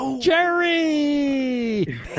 Jerry